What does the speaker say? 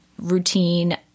routine